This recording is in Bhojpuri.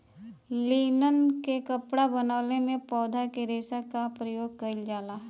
लिनन क कपड़ा बनवले में पौधा के रेशा क परयोग कइल जाला